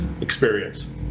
experience